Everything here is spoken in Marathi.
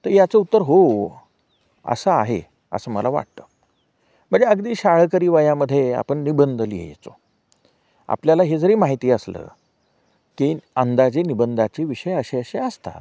तर याचं उत्तर हो असं आहे असं मला वाटतं म्हणजे अगदी शाळकरी वयामध्ये आपण निबंध लिहियचो आपल्याला हे जरी माहिती असलं की अंदाजे निबंधाचे विषय असे असे असतात